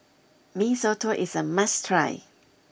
Mee Soto is a must try